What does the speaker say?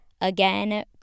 Again